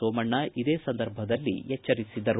ಸೋಮಣ್ಣ ಇದೇ ಸಂದರ್ಭದಲ್ಲಿ ಎಚ್ಚರಿಸಿದರು